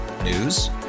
News